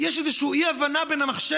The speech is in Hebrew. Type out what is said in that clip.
יש איזה אי-הבנה עם המחשב.